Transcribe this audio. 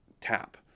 tap